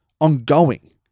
ongoing